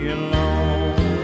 alone